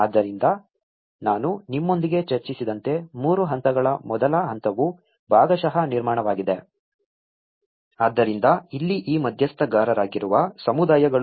ಆದ್ದರಿಂದ ನಾನು ನಿಮ್ಮೊಂದಿಗೆ ಚರ್ಚಿಸಿದಂತೆ 3 ಹಂತಗಳ ಮೊದಲ ಹಂತವು ಭಾಗಶಃ ನಿರ್ಮಾಣವಾಗಿದೆ ಆದ್ದರಿಂದ ಇಲ್ಲಿ ಈ ಮಧ್ಯಸ್ಥಗಾರರಾಗಿರುವ ಸಮುದಾಯಗಳು